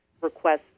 requests